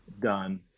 done